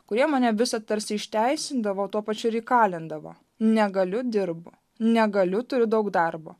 kurie mane visad tarsi išteisindavo o tuo pačiu ir įkalindavo negaliu dirbu negaliu turiu daug darbo